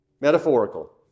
Metaphorical